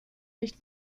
nicht